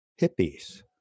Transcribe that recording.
hippies